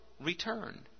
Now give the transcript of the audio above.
return